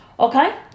Okay